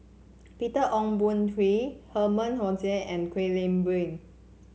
Peter Ong Boon Kwee Herman Hochstadt and Kwek Leng Beng